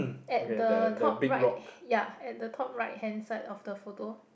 at the top right h~ ya at the top right hand side of the photo